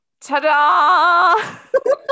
Ta-da